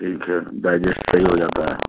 ٹھیک ہے ڈائجسٹ صحیح ہو جاتا ہے